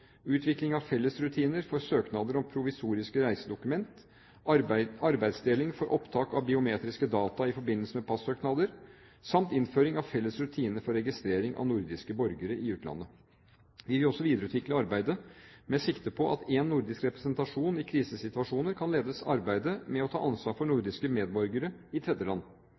utvikling av fellesrutiner for søknader om provisoriske reisedokument, arbeidsdeling for opptak av biometriske data i forbindelse med passøknader samt innføring av felles rutiner for registrering av nordiske borgere i utlandet. Vi vil også videreutvikle samarbeidet med sikte på at én nordisk representasjon i krisesituasjoner kan lede arbeidet med å ta ansvar for nordiske medborgere i tredjeland.